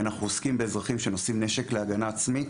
אנחנו עוסקים באזרחים שנושאים נשק להגנה עצמית.